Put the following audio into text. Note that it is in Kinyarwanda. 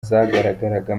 zigaragara